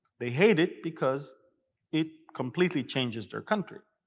they hate it, because it completely changes their country.